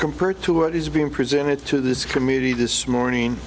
compared to what is being presented to this committee this morning